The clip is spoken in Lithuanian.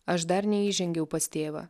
aš dar neįžengiau pas tėvą